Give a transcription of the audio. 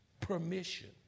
permission